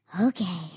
Okay